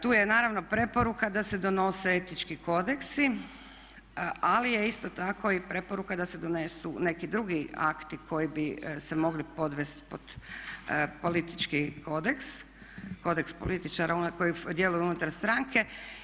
Tu je naravno preporuka da se donose etički kodeksi, ali je isto tako i preporuka da se donesu neki drugi akti koji bi se mogli podvesti pod politički kodeks, kodeks političara koji djeluju unutar stranke.